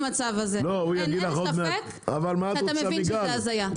אין לי ספק, שאתה מבין שזה הזיה.